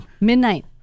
midnight